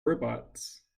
robots